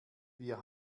wir